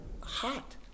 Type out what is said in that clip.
hot